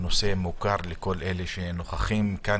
הנושא מוכר לכל הנוכחים כאן.